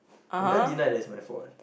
I never deny that is my fault